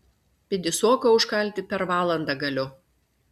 pidisoką užkalti per valandą galiu